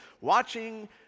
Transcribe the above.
watching